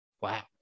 Wow